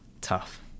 tough